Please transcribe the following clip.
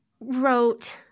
wrote